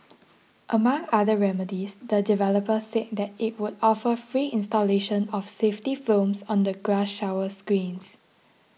among other remedies the developer said that it would offer free installation of safety films on the glass shower screens